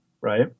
right